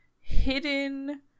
hidden